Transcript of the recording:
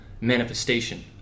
manifestation